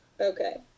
Okay